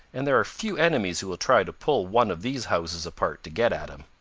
and there are few enemies who will try to pull one of these houses apart to get at him.